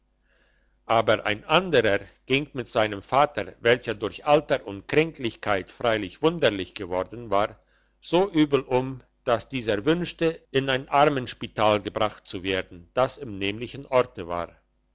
aber ein anderer ging mit seinem vater welcher durch alter und kränklichkeit freilich wunderlich geworden war so übel um dass dieser wünschte in ein armenspital gebracht zu werden das im nämlichen orte war